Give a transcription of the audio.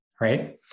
Right